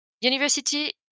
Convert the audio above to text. university